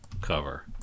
cover